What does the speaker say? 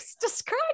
describe